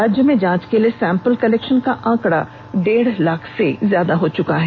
राज्य में जांच के लिए सैंपल कलेक्शन का आंकड़ा डेढ़ लाख से ज्यादा हो चुका है